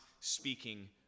speaking